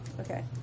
Okay